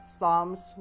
Psalms